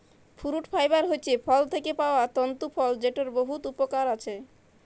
fruit fibre হছে ফল থ্যাকে পাউয়া তল্তু ফল যেটর বহুত উপকরল আছে